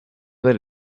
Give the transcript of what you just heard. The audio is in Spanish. del